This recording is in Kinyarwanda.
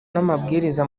n’amabwiriza